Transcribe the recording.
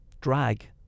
drag